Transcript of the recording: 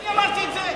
אני אמרתי את זה?